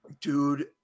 Dude